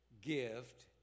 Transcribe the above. gift